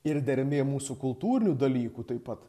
ir dermė mūsų kultūrinių dalykų taip pat